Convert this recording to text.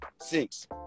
Six